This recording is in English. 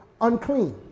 unclean